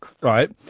right